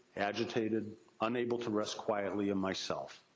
agitated unable to rest quietly in myself.